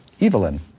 Evelyn